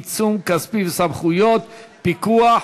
עיצום כספי וסמכויות פיקוח),